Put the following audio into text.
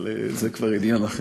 אבל זה כבר עניין אחר.